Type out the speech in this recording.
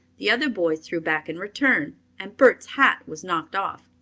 the other boys threw back in return and bert's hat was knocked off.